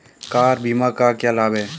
Car बीमा का क्या लाभ है?